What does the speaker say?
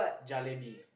jalebi